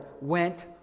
went